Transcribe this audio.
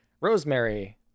Rosemary